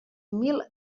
mil